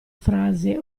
frase